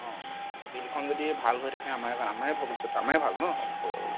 আৰু বিলখন যদি ভাল হৈ থাকে আমাৰে ভাল আমাৰে ভৱিষ্যততো আমাৰ ভাল ন